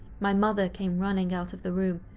my mother came running out of the room,